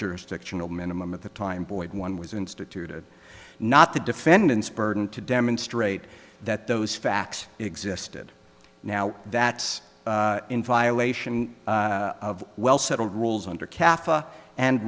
jurisdictional minimum of the time boyd one was instituted not the defendant's burden to demonstrate that those facts existed now that's in violation of well settled rules under katha and